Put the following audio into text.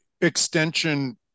extension